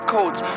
Codes